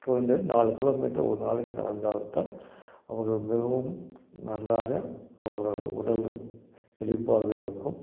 குறைந்தது நாலு கிலோமீட்டர் ஒரு நாளைக்கு நடந்தால் தான் அவர்கள் மிகவும் நன்றாக அவர்களோடய உடல் செழிப்பாகவே இருக்கும்